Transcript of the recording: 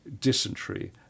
dysentery